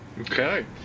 Okay